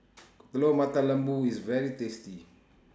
Telur Mata Lembu IS very tasty